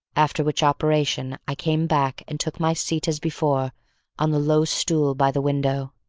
after which operation i came back and took my seat as before on the low stool by the window.